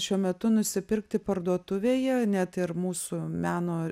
šiuo metu nusipirkti parduotuvėje net ir mūsų meno